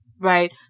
Right